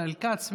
ישראל כץ,